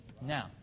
Now